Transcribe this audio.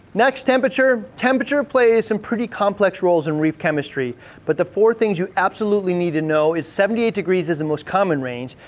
next, temperature. temperature plays some pretty complex roles in reef chemistry but the four things you absolutely need to know is seventy eight degrees is the most common range.